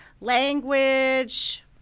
language